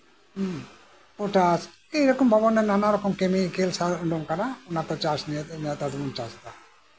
ᱦᱮᱸ ᱯᱚᱴᱟᱥ ᱮᱭᱨᱚᱠᱚᱢ ᱵᱷᱟᱵᱮ ᱱᱟᱢᱱᱟ ᱨᱚᱠᱚᱢ ᱵᱷᱟᱵᱮ ᱠᱮᱢᱤᱠᱟᱞ ᱥᱟᱨ ᱩᱰᱩᱠ ᱠᱟᱱᱟ ᱚᱱᱟᱛᱮ ᱪᱟᱥ ᱱᱮᱛᱟᱨ ᱫᱚᱵᱚᱱ ᱪᱟᱥ ᱮᱫᱟ